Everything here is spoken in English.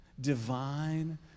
divine